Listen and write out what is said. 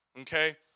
okay